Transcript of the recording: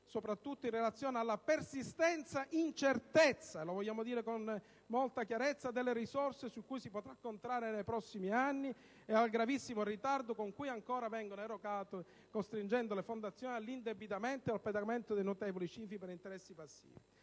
soprattutto in relazione alla persistente incertezza - lo vogliamo dire con molta chiarezza - delle risorse su cui si potrà contare nei prossimi anni e al gravissimo ritardo con cui ancora vengono erogate, costringendo le fondazioni all'indebitamento e al pagamento di notevoli cifre per interessi passivi.